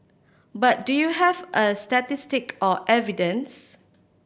but do you have a statistic or evidence